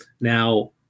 Now